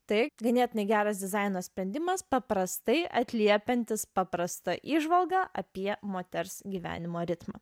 tai ganėtinai geras dizaino sprendimas paprastai atliepiantis paprastą įžvalgą apie moters gyvenimo ritmą